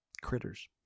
critters